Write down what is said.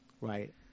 Right